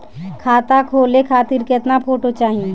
खाता खोले खातिर केतना फोटो चाहीं?